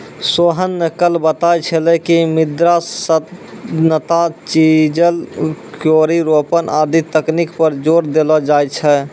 सोहन न कल बताय छेलै कि मृदा सघनता, चिजल, क्यारी रोपन आदि तकनीक पर जोर देलो जाय छै